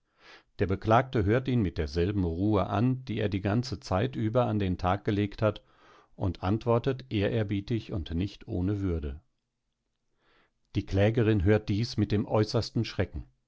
der beklagte hört ihn mit derselben ruhe an die er die ganze zeit über an den tag gelegt hat und antwortet ehrerbietig und nicht ohne würde die klägerin hört dies mit dem äußersten schrecken